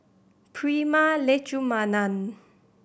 Prema Letchumanan